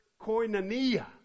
koinonia